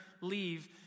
leave